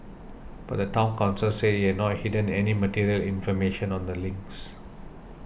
but the Town Council said it had not hidden any material information on the links